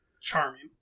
charming